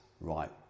right